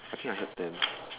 I think I heard ten